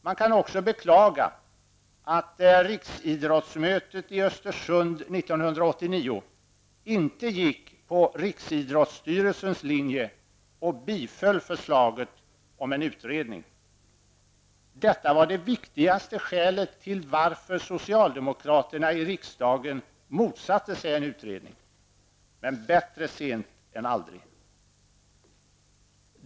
Man kan också beklaga att riksidrottsmötet i Östersund 1989 inte följde riksidrottsstyrelsens linje och biföll förslaget om en utredning. Detta var det viktigaste skälet till att socialdemokraterna i riksdagen motsatte sig en utredning. Men bättre sent än aldrig.